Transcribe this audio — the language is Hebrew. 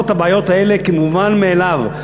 דבר שיפתור את הבעיות האלה כמובן מאליו.